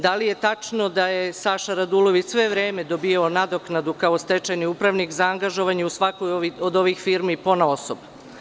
Da li je tačno da je Saša Radulović sve vreme dobio nadoknadu kao stečajni upravnik za angažovanje u svakoj od ovih firmi ponaosob?